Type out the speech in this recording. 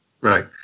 Right